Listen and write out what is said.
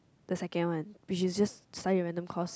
the second one which is just study a random course